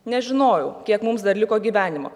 nežinojau kiek mums dar liko gyvenimo